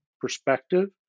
perspective